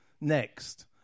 next